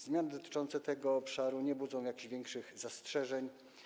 Zmiany dotyczące tego obszaru nie budzą jakichś większych zastrzeżeń.